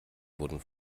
wurden